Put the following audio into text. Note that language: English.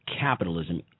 capitalism